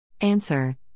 Answer